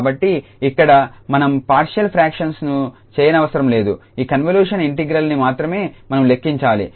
కాబట్టి ఇక్కడ మనం పార్షియల్ ఫ్రాక్షన్స్ ను చేయనవసరం లేదు ఈ కన్వల్యూషన్ ఇంటిగ్రల్ ని మాత్రమే మనం లెక్కించాలి